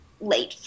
late